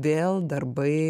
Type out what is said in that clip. vėl darbai